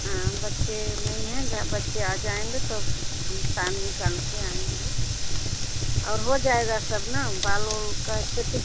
हाँ बच्चे नहीं हैं घर बच्चे आ जाएँगे तब हम टाइम निकाल कर आएँगे और हो जाएगा सब ना बाल उल की सेटिंग